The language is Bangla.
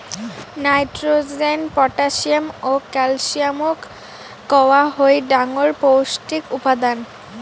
নাইট্রোজেন, পটাশিয়াম ও ক্যালসিয়ামক কওয়া হই ডাঙর পৌষ্টিক উপাদান